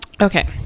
Okay